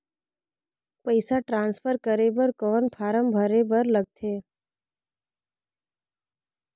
पईसा ट्रांसफर करे बर कौन फारम भरे बर लगथे?